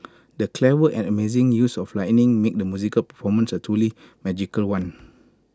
the clever and amazing use of lighting made the musical performance A truly magical one